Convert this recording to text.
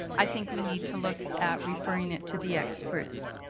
i think we need to look at referring it to the experts.